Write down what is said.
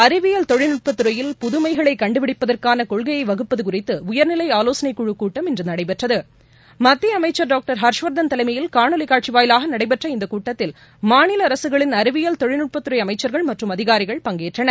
அறிவியல் தொழில்நுட்பத்துறையில் புதுமைகளை கண்டுபிடிப்பதற்கான கொள்கையை வகுப்பது குறித்து உயர்நிலை ஆலோசனைக் குழுக் கூட்டம் இன்று நடைபெற்றது மத்திய அமைச்சர் டாக்டர் ஹர்ஷவர்தன் தலைமையில் காணொலி காட்சி வாயிலாக நடைபெற்ற இந்த கூட்டத்தில் மாநில அரசகளின் அறிவியல் தொழில்நுட்பத்துறை அமைச்சர்கள் மற்றும் அதிகாரிகள் பங்கேற்றனர்